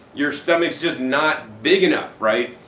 your stomach's just not big enough right?